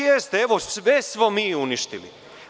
Jeste, sve smo mi uništili.